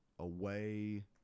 away